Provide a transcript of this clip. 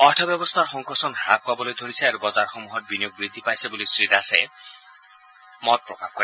অৰ্থ ব্যৱস্থাৰ সংকোচন হাস পাবলৈ ধৰিছে আৰু বজাৰসমূহত বিনিয়োগ বৃদ্ধি পাইছে বুলি শ্ৰীদাসে প্ৰকাশ কৰে